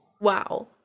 Wow